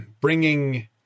bringing